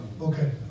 Okay